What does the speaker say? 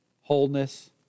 wholeness